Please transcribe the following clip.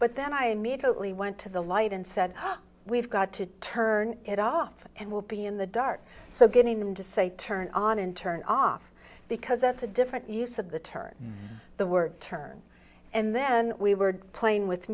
but then i immediately went to the light and said we've got to turn it off and we'll be in the dark so getting them to say turn on and turn off because that's a different use of the turn the word turn and then we were playing with